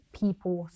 people